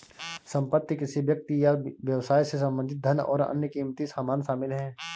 संपत्ति किसी व्यक्ति या व्यवसाय से संबंधित धन और अन्य क़ीमती सामान शामिल हैं